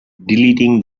deleting